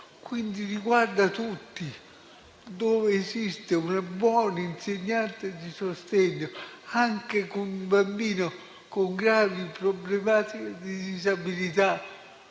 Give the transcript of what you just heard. quindi riguarda tutti. Dove esiste un buon insegnante di sostegno, anche con un bambino con gravi problematiche di disabilità,